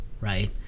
right